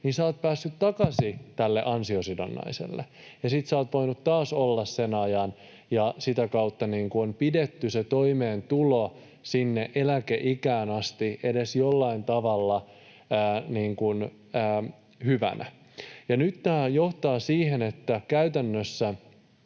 sinä olet päässyt takaisin tälle ansiosidonnaiselle ja sitten sinä olet voinut taas olla sen ajan, ja sitä kautta on pidetty toimeentuloa sinne eläkeikään asti edes jollain tavalla hyvänä. Nyt tämä johtaa käytännössä